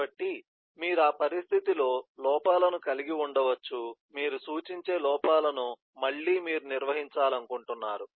కాబట్టి మీరు ఆ పరిస్థితిలో లోపాలను కలిగి ఉండవచ్చు మీరు సూచించే లోపాలను మళ్ళీ మీరు నిర్వహించాలనుకుంటున్నారు